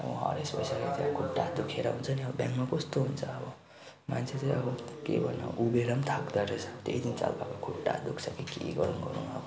अब हरेस भइसकेको थियो खुट्टा दुखेर हुन्छ नि अब ब्याङ्कमा कस्तो हुन्छ अब मान्छे चाहिँ अब के भन्नु उभिएर पनि थाक्द रहेछ त्यही दिन चाल पाएको खुट्टा दुख्छ के गरुँ गरुँ अब